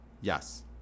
Yes